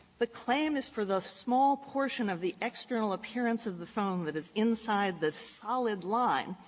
the claim is for the small portion of the external appearance of the phone that is inside the solid line.